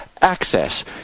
access